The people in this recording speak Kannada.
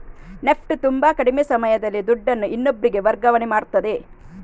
ನೆಫ್ಟ್ ತುಂಬಾ ಕಡಿಮೆ ಸಮಯದಲ್ಲಿ ದುಡ್ಡನ್ನು ಇನ್ನೊಬ್ರಿಗೆ ವರ್ಗಾವಣೆ ಮಾಡ್ತದೆ